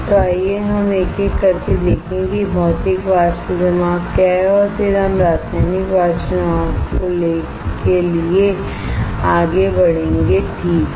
तो आइए हम एक एक करके देखें कि भौतिक वाष्प जमाव क्या है और फिर हम रासायनिक वाष्प जमाव के लिए आगे बढ़ेंगे ठीक है